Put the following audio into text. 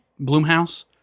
Bloomhouse